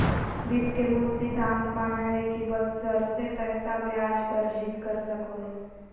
वित्त के मूल सिद्धांत मानय हइ कि बशर्ते पैसा ब्याज अर्जित कर सको हइ